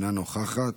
אינה נוכחת,